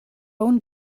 own